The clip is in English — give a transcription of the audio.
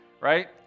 right